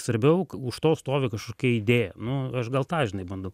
svarbiau už to stovi kažkokia idėja nu aš gal tą žinai bandau